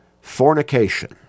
fornication